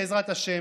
בעזרת השם,